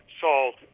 salt